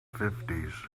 fifties